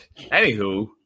anywho